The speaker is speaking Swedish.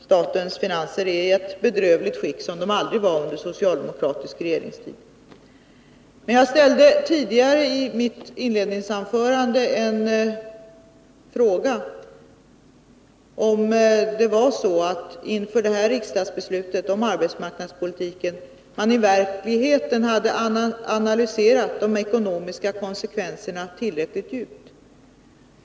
Statens finanser är i ett bedrövligt skick, som de aldrig var under socialdemokratisk regeringstid. Jag ställde i mitt inledningsanförande en fråga om det inför det här riksdagsbeslutet om arbetsmarknadspolitiken var så att man hade analyserat de ekonomiska konsekvenserna tillräckligt djupt.